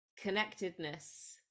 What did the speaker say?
connectedness